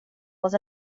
was